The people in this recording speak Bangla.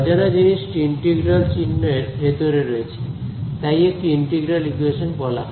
অজানা জিনিস টি ইন্টিগ্রাল চিহ্ন এর ভেতরে রয়েছে তাই একে ইন্টিগ্রাল ইকোয়েশন বলা হয়